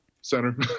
center